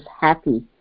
happy